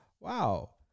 Wow